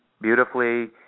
beautifully